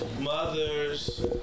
mother's